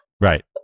right